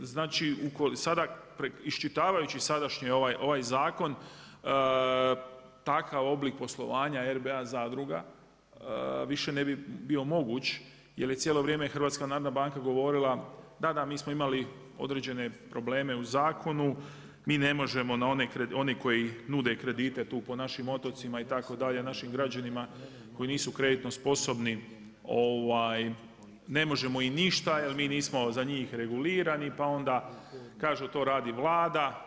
Iščitavajući sadašnji ovaj zakon takav oblik poslovanja RBA zadruga više ne bi bio moguće jer je cijelo vrijeme HNB govorila da, da mi smo imali određene probleme u zakonu, mi ne možemo one koji nude kredite tu po našim otocima itd., našim građanima koji nisu kreditno sposobni ne možemo im ništa jer mi nismo za njih regulirani pa onda kažu to radi Vlada.